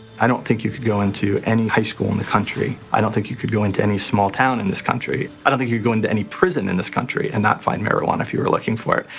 i don't think you could go into any high school in the country, i don't think you could go into any small town in this country, i don't think you could go into any prison in this country and not find marijuana if you were looking for it.